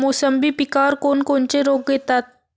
मोसंबी पिकावर कोन कोनचे रोग येतात?